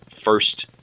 first